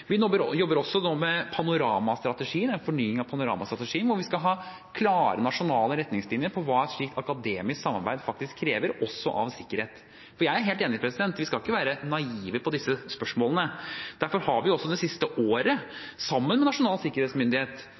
Vi jobber også nå med en fornying av Panorama-strategien, hvor vi skal ha klare nasjonale retningslinjer for hva et slikt akademisk samarbeid faktisk krever også av sikkerhet. Jeg er helt enig i at vi ikke skal være naive i disse spørsmålene. Derfor har vi også det siste året sammen med Nasjonal sikkerhetsmyndighet